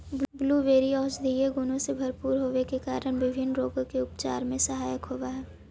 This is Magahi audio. ब्लूबेरी औषधीय गुणों से भरपूर होवे के कारण विभिन्न रोगों के उपचार में सहायक होव हई